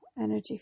energy